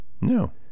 No